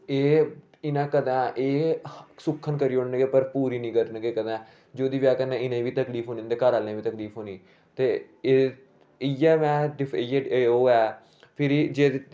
एह् इनें कदे एह् सुक्खन करी ओड़नी पर पूरी नेईं करन गे कदें जोदी बजह कन्ने इंहेगी बी तकलीफ हनी इंदे घरे आह्ले गी बी तकलीफ होनी ते ओह् ऐ फिरी जे